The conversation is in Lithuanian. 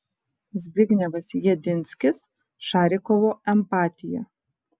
zbignevas jedinskis šarikovo empatija